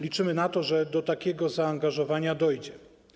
Liczymy na to, że do takiego zaangażowania dojdzie.